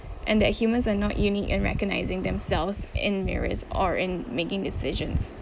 and that humans are not unique and recognising themselves in mirrors or in making decisions